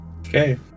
Okay